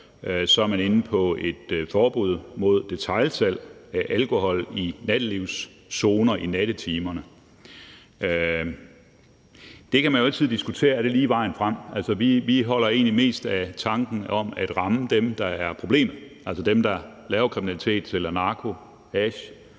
man er inde på et forbud imod detailsalg af alkohol i nattelivszoner i nattetimerne. Man kan jo altid diskutere, om det lige er vejen frem. Vi holder egentlig mest af tanken om at ramme dem, der er problemet, altså dem, der begår kriminalitet: sælger narko, hash